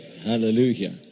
Hallelujah